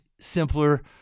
simpler